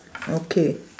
okay